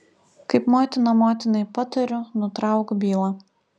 kaip motina motinai patariu nutrauk bylą